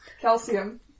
Calcium